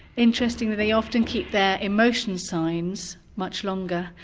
interestingly they often keep their emotion signs much longer.